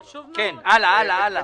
כן, הלאה, הלאה.